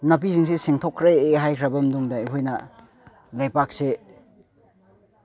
ꯅꯥꯄꯤꯁꯤꯡꯁꯦ ꯁꯦꯡꯇꯣꯛꯈ꯭ꯔꯦ ꯍꯥꯏꯈ꯭ꯔꯕ ꯃꯇꯨꯡꯗ ꯑꯩꯈꯣꯏꯅ ꯂꯩꯕꯥꯛꯁꯦ